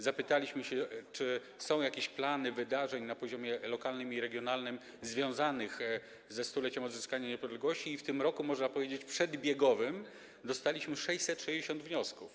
Zapytaliśmy, czy są jakieś plany wydarzeń na poziomie lokalnym i regionalnym związanych ze 100-leciem odzyskania niepodległości i w tym roku, można powiedzieć, przedbiegowym, dostaliśmy 660 wniosków.